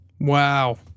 Wow